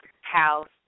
house